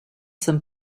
some